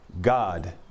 God